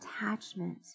attachment